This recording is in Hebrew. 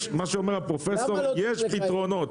הפרופסור אומר שיש פתרונות.